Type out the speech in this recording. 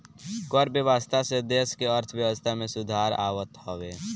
कर व्यवस्था से देस के अर्थव्यवस्था में सुधार आवत हवे